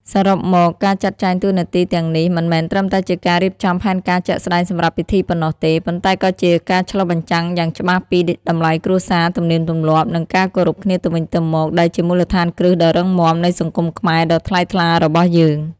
សរុបមក ការចាត់ចែងតួនាទីទាំងនេះ មិនមែនត្រឹមតែជាការរៀបចំផែនការជាក់ស្តែងសម្រាប់ពិធីប៉ុណ្ណោះទេ ប៉ុន្តែក៏ជាការឆ្លុះបញ្ចាំងយ៉ាងច្បាស់ពី តម្លៃគ្រួសារ ទំនៀមទម្លាប់ និងការគោរពគ្នាទៅវិញទៅមក ដែលជាមូលដ្ឋានគ្រឹះដ៏រឹងមាំនៃសង្គមខ្មែរដ៏ថ្លៃថ្លារបស់យើង។